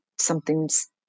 Something's